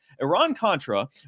Iran-Contra